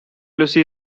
lucy